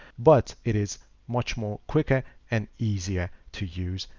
but it is much more quicker and easier to use.